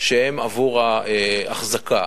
עבור האחזקה.